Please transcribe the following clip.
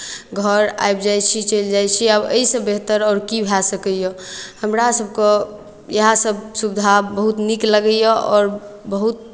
घर आबि जाइ छी चलि जाइ छी आब एहिसँ बेहतर आओर की भए सकैए हमरा सभकेँ इएहसभ सुविधा बहुत नीक लगैए आओर बहुत